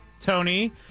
Tony